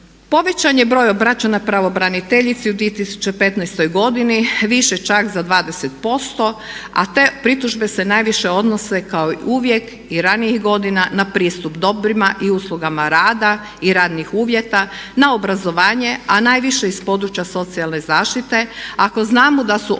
Povećan je broj obraćanja pravobraniteljici u 2015. godini više čak za 20% a te pritužbe se najviše odnose kao i uvijek i ranijih godina na pristup dobrima i uslugama rada i radnih uvjeta na obrazovanje, a najviše iz područja socijalne zaštite. Ako znamo da su osobe